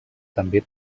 també